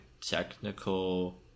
technical